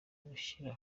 gushyira